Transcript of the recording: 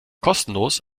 kostenlos